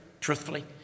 truthfully